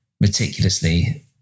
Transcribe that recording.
meticulously